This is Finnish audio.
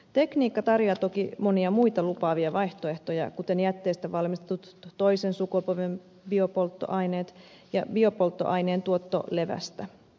tekniikka tarjoaa toki monia muita lupaavia vaihtoehtoja kuten jätteistä valmistetut toisen sukupolven biopolttoaineet ja biopolttoaineen tuotto levästä